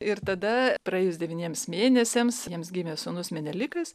ir tada praėjus devyniems mėnesiams jiems gimė sūnus menelikas